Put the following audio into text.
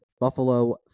Buffalo